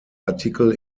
artikel